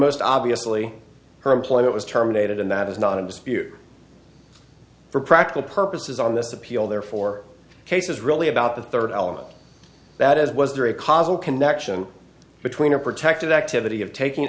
most obviously her employment was terminated and that is not in dispute for practical purposes on this appeal therefore case is really about the third element that is was there a cause of connection between a protected activity of taking